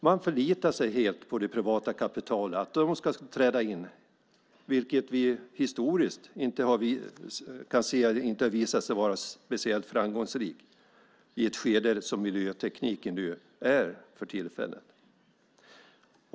Man förlitar sig helt på det privata kapitalet, att det ska träda in. Vi kan inte se att det historiskt har visat sig speciellt framgångsrikt, i ett skede som miljötekniken är för tillfället.